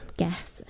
guess